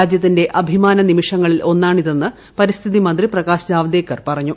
രാജ്യത്തിന്റെ അഭിമാന നിമിഷങ്ങളിൽ ഒന്നാണിതെന്ന് പരിസ്ഥിതി മന്ത്രി പ്രകാശ് ജാവദേക്കർ പറഞ്ഞു